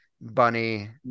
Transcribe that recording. bunny